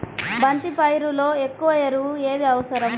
బంతి పైరులో ఎక్కువ ఎరువు ఏది అవసరం?